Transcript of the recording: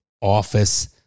office